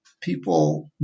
people